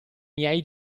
miei